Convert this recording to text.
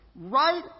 right